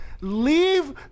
leave